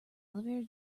elevator